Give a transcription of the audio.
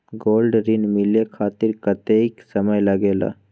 Gold ऋण मिले खातीर कतेइक समय लगेला?